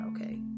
okay